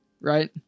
right